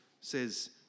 says